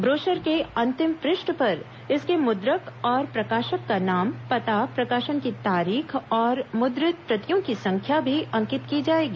brochure के अंतिम पृष्ठ पर इसके मुद्रक और प्रकाशक का नाम पता प्रकाशन की तारीख और मुद्रित प्रतियों की संख्या भी अंकित की जाएगी